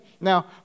Now